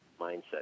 mindset